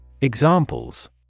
Examples